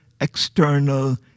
external